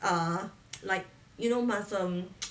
ah like you know must um